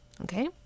okay